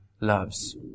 loves